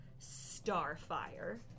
starfire